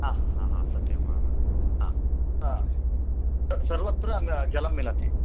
हा हा हा हा सत्यं हा सर्वत्र जलं मिलति